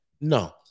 no